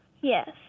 Yes